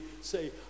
say